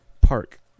Park